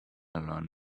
learn